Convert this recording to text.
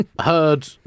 heard